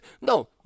no